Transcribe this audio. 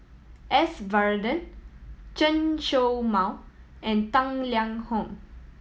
S Varathan Chen Show Mao and Tang Liang Hong